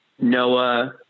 Noah